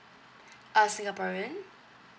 uh singaporean